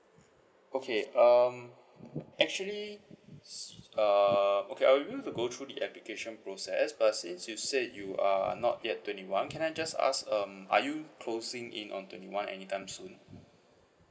okay um actually s~ err okay I will maybe to go through the application process but since you said you are not yet twenty one can I just ask um are you closing in on twenty one anytime soon